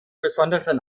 besonderen